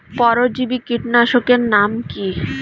পরজীবী কীটনাশকের নাম কি?